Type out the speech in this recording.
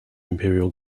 imperial